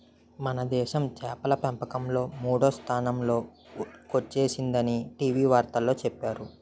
మనదేశం చేపల పెంపకంలో మూడో స్థానంలో కొచ్చేసిందని టీ.వి వార్తల్లో చెప్పేరు